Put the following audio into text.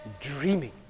dreaming